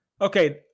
Okay